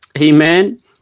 amen